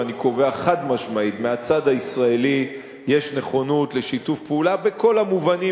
ואני קובע חד-משמעית: מהצד הישראלי יש נכונות לשיתוף פעולה בכל המובנים,